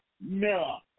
No